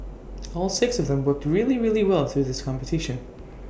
all six of them worked really really well through this competition